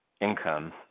income